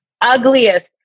ugliest